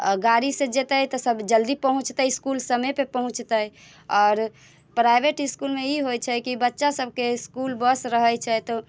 आ गाड़ीसँ जेतै तऽ सभ जल्दी पहुँचतै इस्कुल समयपर पहुँचतै आओर प्राइवेट इस्कुलमे ई होइत छै कि बच्चासभके स्कूल बस रहै छै तऽ